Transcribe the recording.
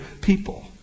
people